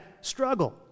struggle